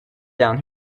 down